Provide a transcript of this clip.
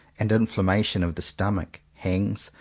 and inflation of the stomach, hangs,